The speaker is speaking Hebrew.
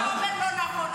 מה שאתה אומר לא נכון.